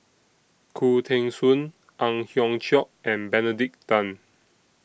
Khoo Teng Soon Ang Hiong Chiok and Benedict Tan